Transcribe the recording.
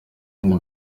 ibi